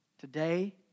Today